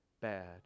bad